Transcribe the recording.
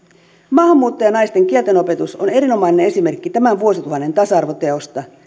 maahanmuuttajanaisten kieltenopetus on erinomainen esimerkki tämän vuosituhannen tasa arvoteosta